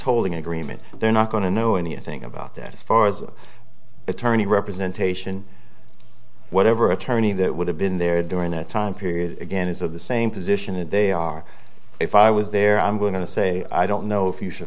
tolling agreement they're not going to know anything about that as far as attorney representation whatever attorney that would have been there during that time period again is of the same position that they are if i was there i'm going to say i don't know if you should